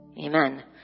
Amen